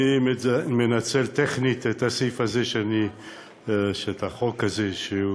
אני מנצל טכנית את הסעיף הזה שבחוק הזה,